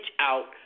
out